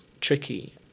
tricky